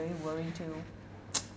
very worried too